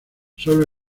solo